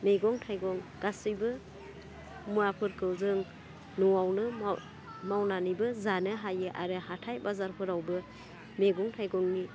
मैगं थाइगं गासैबो मुवाफोरखौ जों न'वावनो मावनानैबो जानो हायो आरो हाथाइ बाजारफोरावबो मेगं थाइगंनि